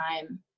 time